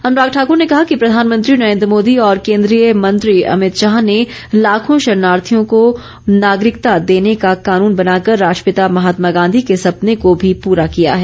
अनुराग ठाकुर ने कहा कि प्रधानमंत्री नरेन्द्र मोदी और केन्द्रीय मंत्री अभित शाह ने लाखों शरणार्थियों को नागरिकता देने का कानून बनाकर राष्ट्रपिता महात्मा गांधी के सपने को भी पूरा किया है